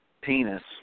penis